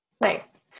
Nice